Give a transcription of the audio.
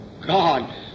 God